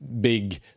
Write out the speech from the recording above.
big